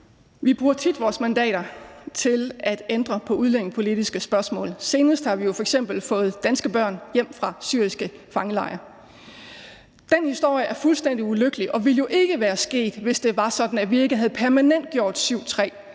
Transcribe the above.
Vi bruger tit vores mandater til at ændre på udlændingepolitiske spørgsmål. Senest har vi jo f.eks. fået danske børn hjem fra syriske fangelejre. Den historie er fuldstændig ulykkelig og ville jo ikke være sket, hvis det var sådan, at vi ikke havde permanentgjort §